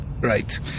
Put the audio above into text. Right